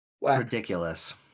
Ridiculous